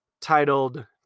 titled